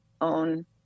own